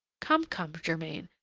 come, come, germain,